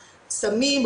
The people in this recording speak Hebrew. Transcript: סמים,